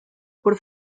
por